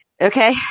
okay